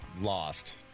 lost